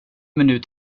minut